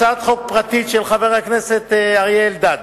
הצעת חוק פרטית של חבר הכנסת אריה אלדד,